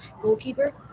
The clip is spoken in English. goalkeeper